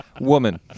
Woman